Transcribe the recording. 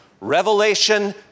Revelation